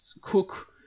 cook